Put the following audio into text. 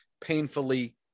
painfully